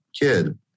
kid